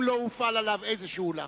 אם לא הופעל עליו איזה לחץ.